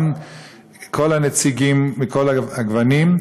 גם כל הנציגים מכל הגוונים,